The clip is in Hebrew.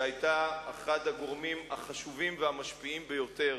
שהיתה אחד הגורמים החשובים והמשפיעים ביותר